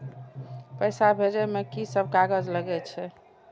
पैसा भेजे में की सब कागज लगे छै?